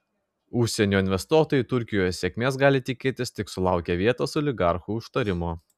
užsienio investuotojai turkijoje sėkmės gali tikėtis tik sulaukę vietos oligarchų užtarimo